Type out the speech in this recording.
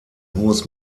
hohes